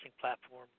platform